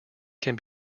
can